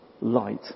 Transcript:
light